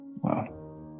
Wow